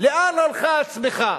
לאן הלכה הצמיחה?